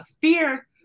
fear